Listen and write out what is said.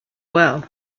well